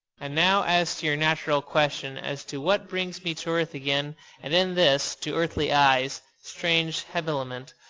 and now as to your natural question as to what brings me to earth again and in this, to earthly eyes, strange habiliment.